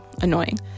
annoying